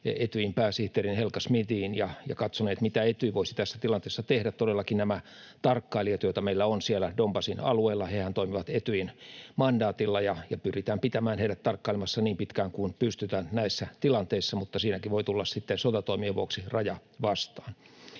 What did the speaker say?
Etyjin pääsihteeriin Helga Schmidiin ja katsoneet, mitä Etyj voisi tässä tilanteessa tehdä. Todellakin nämä tarkkailijat, joita meillä on siellä Donbasin alueella, toimivat Etyjin mandaatilla, ja pyritään pitämään heidät tarkkailemassa niin pitkään kuin pystytään näissä tilanteissa, mutta siinäkin voi tulla sitten sotatoimien vuoksi raja vastaan.